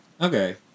Okay